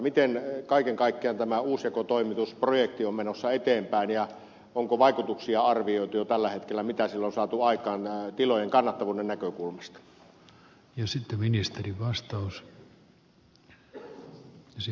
miten kaiken kaikkiaan tämä uusjakotoimitusprojekti on menossa eteenpäin ja onko vaikutuksia arvioitu jo tällä hetkellä mitä sillä on saatu aikaan tilojen kannattavuuden näkökulmasta